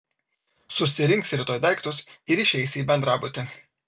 susirinksi rytoj daiktus ir išeisi į bendrabutį